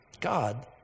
God